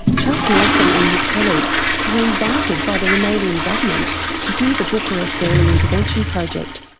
charles nelson and his colleagues were invited by the romanian government to do the bucharest early intervention project.